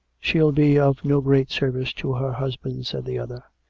she'll be of no great service to her husband, said the other.